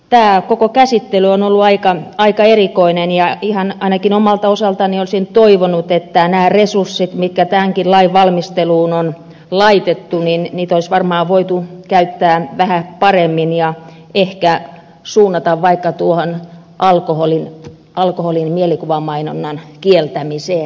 tämä koko käsittely on ollut aika erikoinen ja ainakin omalta osaltani olisin toivonut että näitä resursseja mitkä tämänkin lain valmisteluun on laitettu olisi varmaan voitu käyttää vähän paremmin ja ehkä suunnata vaikka tuohon alkoholin mielikuvamainonnan kieltämiseen